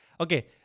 Okay